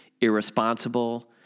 irresponsible